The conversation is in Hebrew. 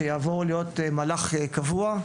שיעבור להיות מהלך קבוע,